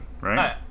right